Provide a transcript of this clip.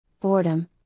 boredom